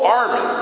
army